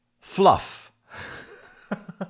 fluff